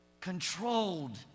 controlled